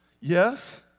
Yes